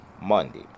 Monday